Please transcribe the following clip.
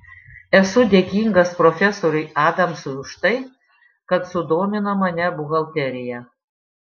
esu dėkingas profesoriui adamsui už tai kad sudomino mane buhalterija